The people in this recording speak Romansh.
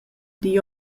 digl